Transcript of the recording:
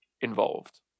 involved